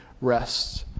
rests